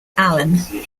allan